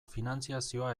finantzazioa